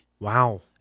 wow